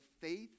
faith